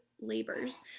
labors